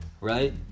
right